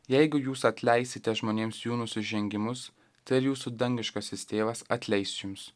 jeigu jūs atleisite žmonėms jų nusižengimus tai ir jūsų dangiškasis tėvas atleis jums